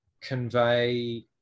convey